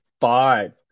five